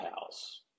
house